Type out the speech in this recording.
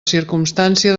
circumstància